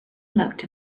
looked